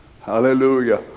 hallelujah